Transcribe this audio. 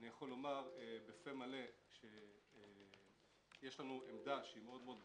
אני יכול לומר בפה מלא שיש לנו עמדה מאוד מאוד ברורה,